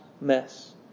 mess